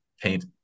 paint